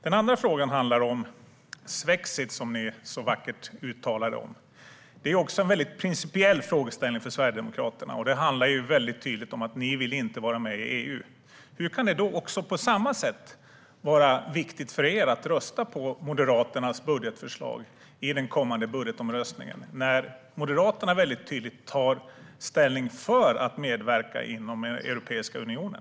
En annan fråga handlar om swexit, som ni så vackert uttalar er om. Det är också en principiell frågeställning för Sverigedemokraterna, och den handlar tydligt om att ni inte vill vara med i EU. Hur kan det då vara viktigt för er att rösta på Moderaternas budgetförslag i den kommande budgetomröstningen, när Moderaterna tydligt tar ställning för att medverka i Europeiska unionen?